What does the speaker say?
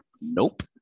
Nope